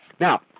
Now